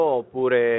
oppure